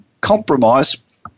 compromise